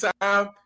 time